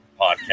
podcast